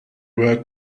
were